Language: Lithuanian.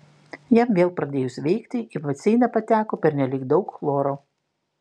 jam vėl pradėjus veikti į baseiną pateko pernelyg daug chloro